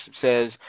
says